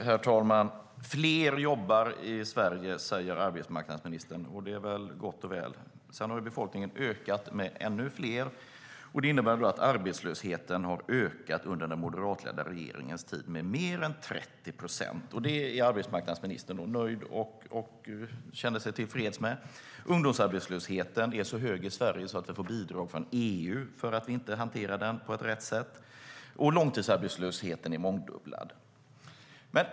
Herr talman! Fler jobbar i Sverige, säger arbetsmarknadsministern. Det är väl gott och väl. Sedan har befolkningen ökat med ännu fler. Det innebär bland annat att arbetslösheten har ökat under den moderatledda regeringens tid med mer än 30 procent. Det är arbetsmarknadsminister nöjd och känner sig tillfreds med. Ungdomsarbetslösheten är så hög i Sverige att vi får bidrag från EU för att vi inte hanterar den på rätt sätt. Långtidsarbetslösheten är mångdubblad.